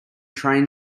train